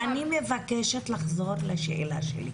בסדר, אני מבקשת לחזור לשאלתי.